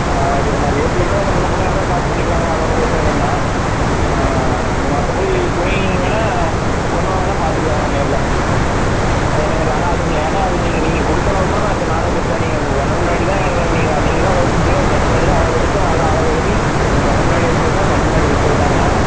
அது அண்ணா ரேட்டு வேணால் கொஞ்சம் முன்னே பின்னே இருந்தால் பார்த்து பண்ணிக்கலாங்கண்ணா அது ஒன்றும் பிரச்சுனை இல்லைங்கண்ணா மற்றபடி துணி வேணால் கொண்டு வாங்கண்ணா பார்த்துக்கலாங்கண்ணா நேரில் அது என்னங்கிறதை ஆனால் அது நீ ஏன்னால் நீங்கள் நீங்கள் கொடுத்தளவுல தாண்ணா நானும் தச்சேன் நீங்கள் உங்கள் கண் முன்னாடி தான் நீங்கள் நீங்கள்தான் அளவு கொடுத்திங்க உங்கள் கண் முன்னாடி தான் அளவெடுத்து எல்லா அளவு எழுதி உங்கள் கண்ணு முன்னாடியே வச்சு தான் கண் முன்னாடி தச்சதுதாங்கண்ணா